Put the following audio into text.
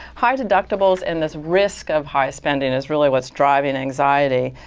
high deductibles and this risk of high spending is really what's driving anxiety.